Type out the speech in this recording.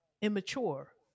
immature